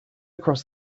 cross